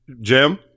Jim